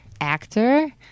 actor